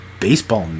baseball